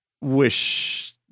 wish